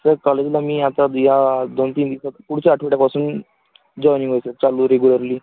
sir कॉलेजला मी आता या दोन तीन दिवसात पुढच्या आठवड्यापासून जॉईनिंग होईन सर चालू रेगुलरली